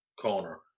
corner